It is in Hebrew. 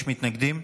יש מתנגדים?